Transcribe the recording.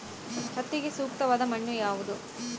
ಹತ್ತಿಗೆ ಸೂಕ್ತವಾದ ಮಣ್ಣು ಯಾವುದು?